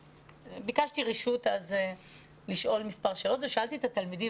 ביקשתי רשות לשאול מספר שאלות ושאלתי את התלמידים,